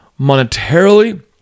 monetarily